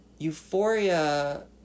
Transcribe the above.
Euphoria